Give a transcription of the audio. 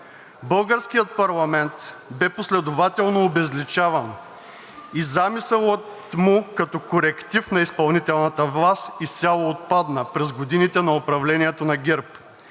Българският парламент бе последователно обезличаван и замисълът му като коректив на изпълнителната власт изцяло отпадна през годините на управлението на ГЕРБ.